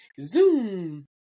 Zoom